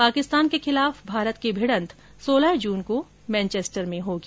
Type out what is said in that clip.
पाकिस्तान के खिलाफ भारत की भिड़ंत सोलह जून को मैनचैस्टर में होगी